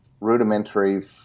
rudimentary